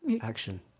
Action